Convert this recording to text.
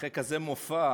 אחרי כזה מופע,